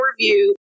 review